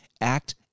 act